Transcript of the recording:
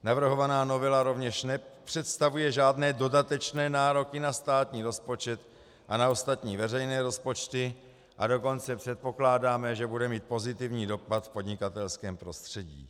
Navrhovaná novela rovněž nepředstavuje žádné dodatečné nároky na státní rozpočet a na ostatní veřejné rozpočty, a dokonce předpokládáme, že bude mít pozitivní dopad v podnikatelském prostředí.